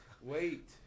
Wait